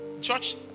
church